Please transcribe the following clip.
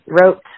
wrote